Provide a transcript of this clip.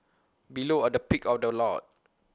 below are the pick of the lot